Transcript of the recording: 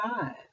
five